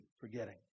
forgetting